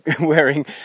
wearing